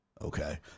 Okay